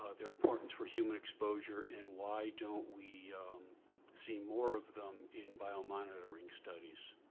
ah their importance for human exposure and why don't we see more of them in biomonitoring studies?